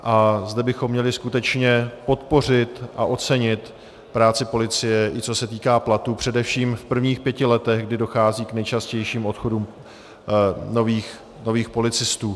A zde bychom měli skutečně podpořit a ocenit práci policie, i co se týká platů především v prvních pěti letech, kdy dochází k nejčastějším odchodům nových policistů.